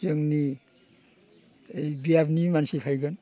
जोंनि बियाबनि मानसि फैगोन